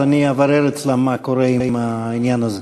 אז אני אברר אצלם מה קורה עם העניין הזה,